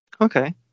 Okay